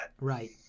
Right